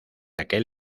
aquel